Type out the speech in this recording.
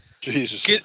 Jesus